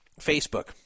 Facebook